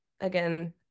again